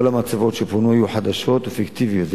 כל המצבות שפונו היו חדשות ופיקטיביות,